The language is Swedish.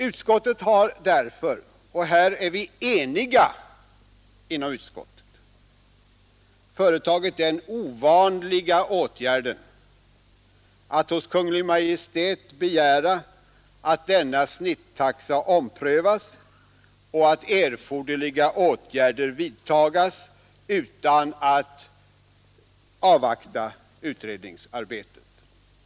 Utskottet har därför — och här är vi eniga inom utskottet — företagit den ovanliga åtgärden att föreslå riksdagen att hos Kungl. Maj:t begära att snittaxan omprövas och att erforderliga åtgärder vidtas utan att man avvaktar utredningsarbetet.